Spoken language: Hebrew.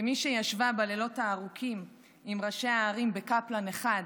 כמי שישבה בלילות הארוכים עם ראשי הערים בקפלן 1,